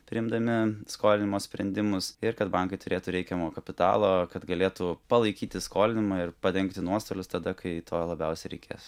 priimdami skolinimo sprendimus ir kad bankai turėtų reikiamo kapitalo kad galėtų palaikyti skolinimą ir padengti nuostolius tada kai to labiausiai reikės